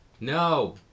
no